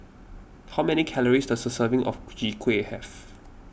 how many calories does a serving of Chwee Kueh have